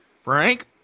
Frank